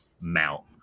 mount